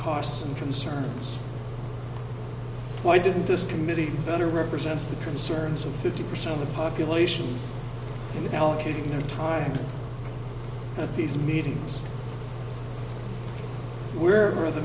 costs and concerns why didn't this committee better represents the concerns of fifty percent of the population allocating their time at these meetings where are the